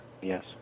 yes